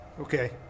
okay